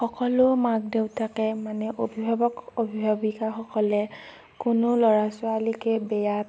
সকলো মাক দেউতাকে মানে অভিভাৱক অভিভাৱিকাসকলে কোনো ল'ৰা ছোৱালীকে বিয়া